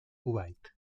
kuwait